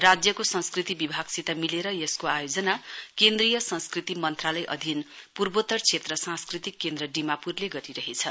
राज्यको संस्कृति विभागसित मिलेर यसको केन्द्रीय संस्कृति मन्त्रालय अधीन पूर्वोत्तर क्षेत्र सांस्कृतिक केन्द्र दिमापुरले गरिरहेछ